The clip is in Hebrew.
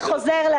זה חוזר לאחר.